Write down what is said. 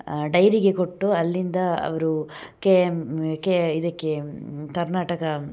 ಡೈರಿಗೆ ಕೊಟ್ಟು ಅಲ್ಲಿಂದ ಅವರು ಕೆ ಕೆ ಇದಕ್ಕೆ ಕರ್ನಾಟಕ